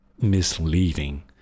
misleading